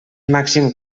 màxim